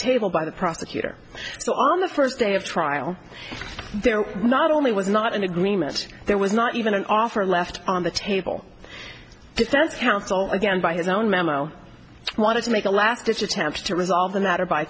table by the prosecutor so on the first day of trial there not only was not an agreement there was not even an offer left on the table defense counsel again by his own memo wanted to make a last ditch attempt to resolve the matter by